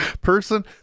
Person